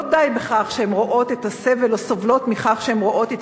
לא די שהן רואות את הסבל או סובלות מכך שהן רואות את